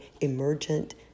emergent